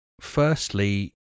Firstly